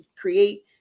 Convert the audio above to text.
create